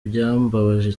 byambabaje